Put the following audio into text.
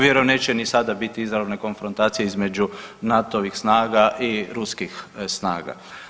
Vjerujem neće ni sada biti izravne konfrontacije između NATO-ovih snaga i ruskih snaga.